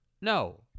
No